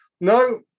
No